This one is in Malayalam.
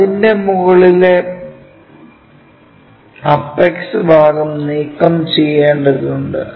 അതിന്റെ മുകളിലെ അപ്പക്സ് ഭാഗം നീക്കം ചെയ്യേണ്ടതുണ്ട്